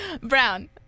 Brown